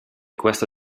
questo